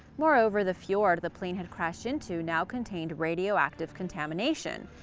moreover, the fjord the plane had crashed into now contained radioactive contamination.